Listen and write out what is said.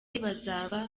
bazava